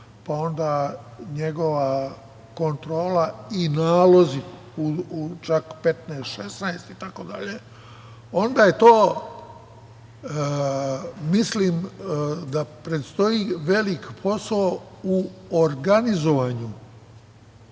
pa onda njegova kontrola i nalozi u čak 15, 16 itd, onda mislim da predstoji veliki posao u organizovanju